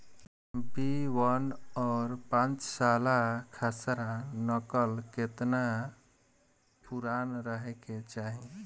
B one और पांचसाला खसरा नकल केतना पुरान रहे के चाहीं?